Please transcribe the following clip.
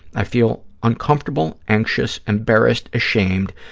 i feel uncomfortable, anxious, embarrassed, ashamed,